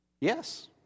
Yes